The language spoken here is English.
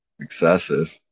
excessive